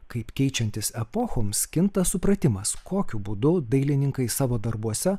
kaip keičiantis epochoms kinta supratimas kokiu būdu dailininkai savo darbuose